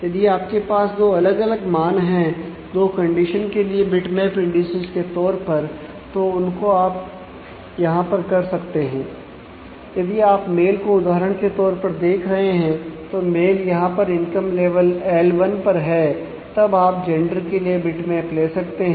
यदि आपके पास दो अलग अलग मान हैं दो कंडीशन के लिए बिटमैप इंडिसेज के तौर पर तो उनको आप यहां पर कर सकते हैं